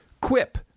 Quip